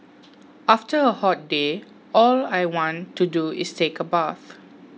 after a hot day all I want to do is take a bath